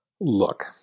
Look